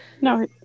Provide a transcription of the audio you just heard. No